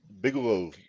Bigelow